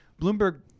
Bloomberg